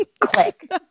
click